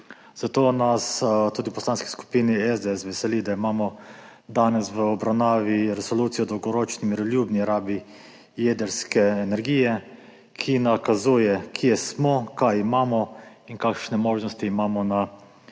Zato nas tudi v Poslanski skupini SDS veseli, da imamo danes v obravnavi resolucijo o dolgoročni miroljubni rabi jedrske energije, ki nakazuje, kje smo, kaj imamo in kakšne možnosti imamo na